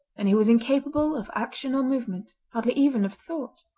and he was incapable of action or movement, hardly even of thought.